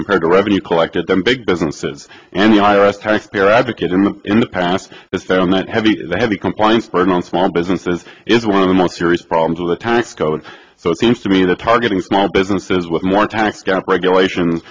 compared to revenue collected them big businesses and the i r s taxpayer advocate and in the past is found that heavy heavy compliance burden on small businesses is one of the most serious problems of the tax code so it seems to me that targeting small businesses with more tax gap regulation